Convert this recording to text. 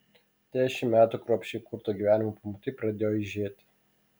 dešimt metų kruopščiai kurto gyvenimo pamatai pradėjo aižėti